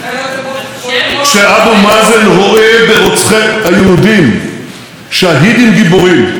כשאבו מאזן רואה ברוצחי היהודים שהידים גיבורים,